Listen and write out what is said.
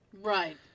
Right